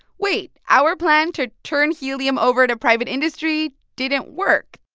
wait our plan to turn helium over to private industry didn't work.